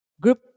group